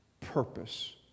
purpose